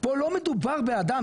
פה לא מדובר באדם,